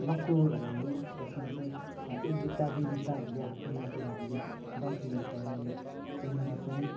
लक्कुहरू भयो जसमा चाहिँ हामी एक भित्ता दुई भित्ता भन्दै हातले नापेर हामीले डन्ठीले हिर्काएर खेल्ने गर्छौँ